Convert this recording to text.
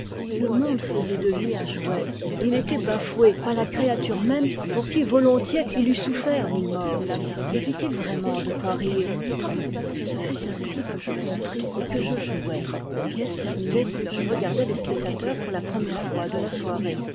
et le monde faisait de lui un jouet et il était bafoué par la créature même pour qui volontiers il eût souffert mille morts y avait-il vraiment de quoi rire ce fut ainsi que je compris et que je jouai la pièce terminée je regardai les spectateurs pour la première fois de la soirée